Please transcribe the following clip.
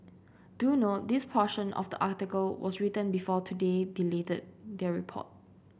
do note this portion of the article was written before today deleted their report